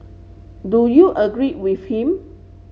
do you agree with him